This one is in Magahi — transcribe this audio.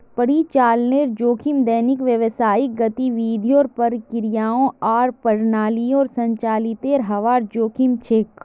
परिचालनेर जोखिम दैनिक व्यावसायिक गतिविधियों, प्रक्रियाओं आर प्रणालियोंर संचालीतेर हबार जोखिम छेक